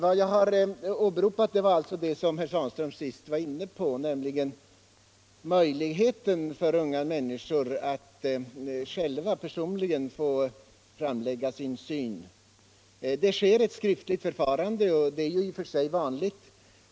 Vad jag har talat om är möjligheten för dessa unga människor att personligen få framlägga sina synpunkter inför nämnden. Det sker nu ett skriftligt förfarande, och det är i och för sig vanligt.